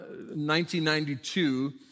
1992